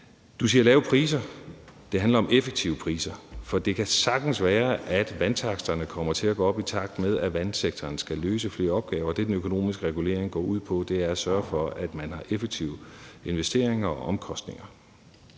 Du siger lave priser. Det handler om effektive priser, for det kan sagtens være, at vandtaksterne kommer til at gå op, i takt med at vandsektoren skal løse flere opgaver, og det, den økonomiske regulering går ud på, er at sørge for, at man har effektive investeringer og omkostninger.